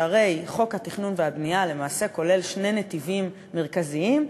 שהרי חוק התכנון והבנייה למעשה כולל שני נתיבים מרכזיים: